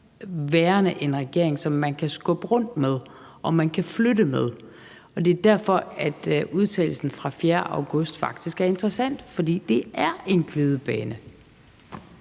være en regering, som man kan skubbe rundt med og flytte på. Det er derfor, at udtalelsen fra den 4. august faktisk er interessant; for det er en glidebane.